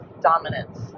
dominance